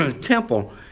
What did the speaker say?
temple